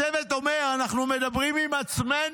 הצוות אומר: אנחנו מדברים עם עצמנו,